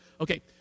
Okay